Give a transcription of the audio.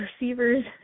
receivers